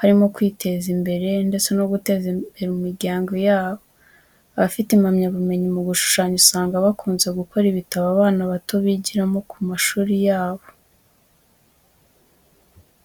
harimo kwiteza imbere, ndetse no guteza imbere imiryango yabo. Abafite impamyabumenyi mu gushushanya, usanga bakunze gukora ibitabo abana bato bigiramo ku mashuri yabo.